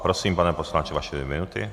Prosím, pane poslanče, vaše dvě minuty.